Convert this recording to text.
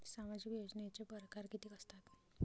सामाजिक योजनेचे परकार कितीक असतात?